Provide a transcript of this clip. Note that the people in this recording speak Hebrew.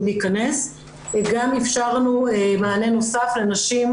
להיכנס וגם אפשרנו מענה נוסף לנשים,